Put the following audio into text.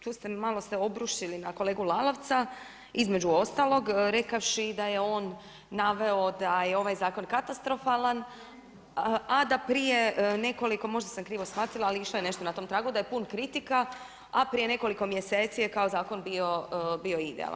Tu ste malo se obrušili na kolegu Lalovca, između ostalog rekavši da je on naveo da je ovaj zakon katastrofalan a da prije nekoliko, možda sam krivo shvatila, ali išlo je nešto na tom tragu da je pun kritika a prije nekoliko mjeseci je kao zakon bio idealan.